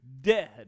dead